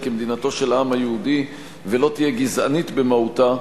כמדינתו של העם היהודי ולא תהיה גזענית במהותה,